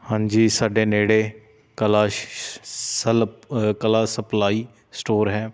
ਹਾਂਜੀ ਸਾਡੇ ਨੇੜੇ ਕਲਾ ਕਲਾ ਸਪਲਾਈ ਸਟੋਰ ਹੈ